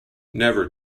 never